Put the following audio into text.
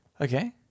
Okay